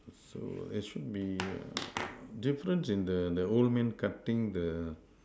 so it should be difference in the the old man cutting the